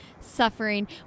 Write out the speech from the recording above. Suffering